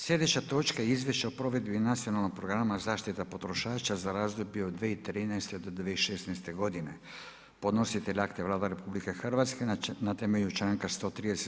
Sljedeća točka: - Izvješće o provedbi Nacionalnog programa zaštita potrošača za razdoblje od 2013. do 2106. godine Podnositelj akta je Vlada RH na temelju članka 130.